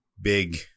big